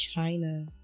China